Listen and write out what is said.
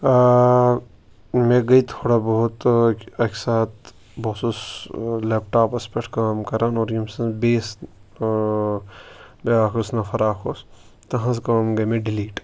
مےٚ گے تھوڑا بہت اَکہِ ساتہٕ بہٕ اوسُس لیپٹاپَس پیٹھ کٲم کَرن اور ییٚمہِ سٕنٛز بیٚیِس بیاکھ یُس نَفَر اکھ اوس تِہنٛز کٲم گے مےٚ ڈِلیٖٹ